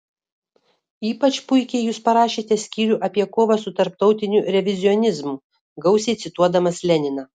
ypač puikiai jūs parašėte skyrių apie kovą su tarptautiniu revizionizmu gausiai cituodamas leniną